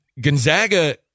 Gonzaga